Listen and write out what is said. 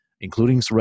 including